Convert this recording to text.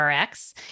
RX